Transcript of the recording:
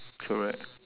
correct